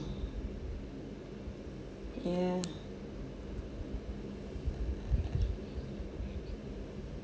yeah